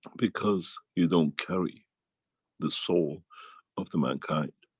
because you don't carry the soul of the mankind